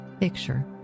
picture